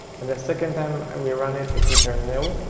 and the second time we ran it, it returned nil,